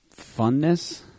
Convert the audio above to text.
funness